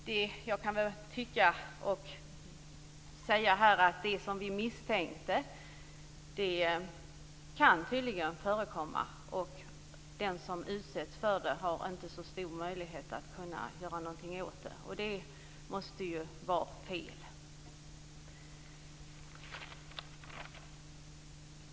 Det som vi misstänkte skulle ske kan tydligen ske. Och den som utsätts har inte så stora möjligheter att göra någonting åt det. Det måste ju vara fel. Med detta, fru talman, yrkar jag, som sagt, bifall till två reservationer.